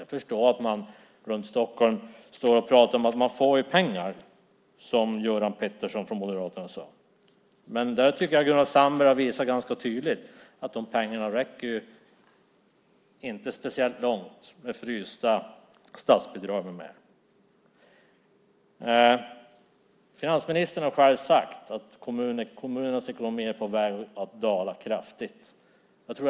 Jag förstår att man runt Stockholm pratar om att man får pengar i kommuner som Överkalix, som Göran Pettersson från Moderaterna sade. Men jag tycker att Gunnar Sandberg har visat ganska tydligt att de pengarna inte räcker speciellt långt med frysta statsbidrag med mera. Finansministern har själv sagt att kommunernas ekonomi är på väg att dala kraftigt.